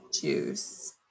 juice